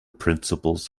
principles